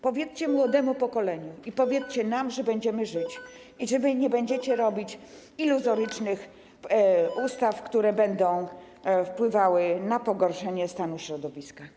Powiedzcie młodemu pokoleniu i powiedzcie nam, że będziemy żyć i że nie będziecie tworzyć iluzorycznych ustaw, które będą wpływały na pogorszenie stanu środowiska.